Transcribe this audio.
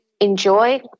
enjoy